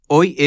Hoy